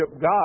God